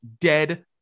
dead